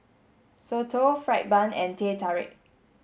Soto fried bun and Teh Tarik